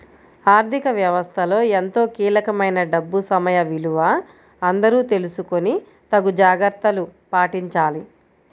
ఆర్ధిక వ్యవస్థలో ఎంతో కీలకమైన డబ్బు సమయ విలువ అందరూ తెలుసుకొని తగు జాగర్తలు పాటించాలి